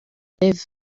rev